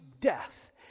death